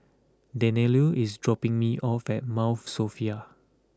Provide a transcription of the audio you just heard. Daniele is dropping me off at Mount Sophia